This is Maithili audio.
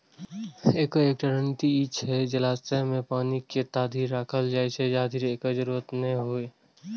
एकर एकटा रणनीति ई छै जे जलाशय मे पानि के ताधरि राखल जाए, जाधरि एकर जरूरत नै हो